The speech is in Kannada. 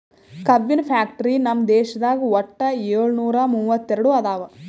ಕಬ್ಬಿನ್ ಫ್ಯಾಕ್ಟರಿ ನಮ್ ದೇಶದಾಗ್ ವಟ್ಟ್ ಯೋಳ್ನೂರಾ ಮೂವತ್ತೆರಡು ಅದಾವ್